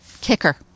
kicker